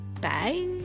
Bye